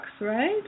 right